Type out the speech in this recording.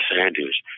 Sanders